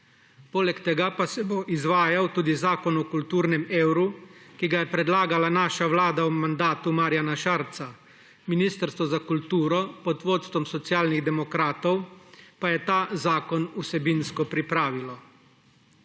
poleg tega pa se bo izvajal tudi zakon o kulturnem evru, ki ga je predlagala naša vlada v mandatu Marjana Šarca, ministrstvo za kulturo pod vodstvom Socialnih demokratov pa je ta zakon vsebinsko pripravilo.